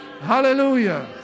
Hallelujah